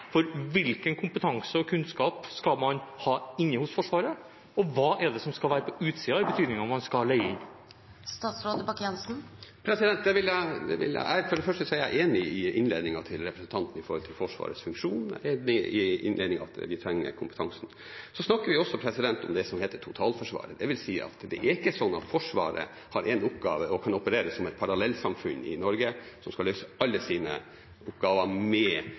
Hvilken kompetanse og kunnskap skal man ha inne hos Forsvaret, og hva skal være på utsiden, i betydningen av om man skal leie inn? For det første så er jeg enig i innledningen til representanten når det gjelder Forsvarets funksjon, at vi trenger kompetansen. Så snakker vi også om det som heter totalforsvaret. Det vil si at det er ikke slik at Forsvaret har én oppgave og kan operere som et parallellsamfunn i Norge som skal løse alle sine oppgaver med